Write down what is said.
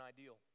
ideal